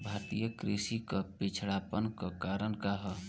भारतीय कृषि क पिछड़ापन क कारण का ह?